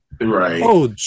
Right